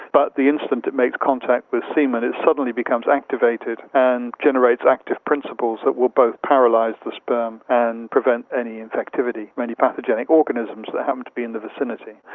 but the instant it makes contact with semen it suddenly becomes activated and generates active principles that will both paralyse the sperm and prevent any infectivity from any pathogenic organisms that happen to be in the vicinity.